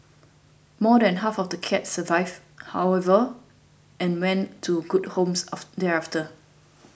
more than half of the cats survived however and went to good homes of thereafter